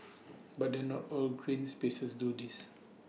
but then not all green spaces do this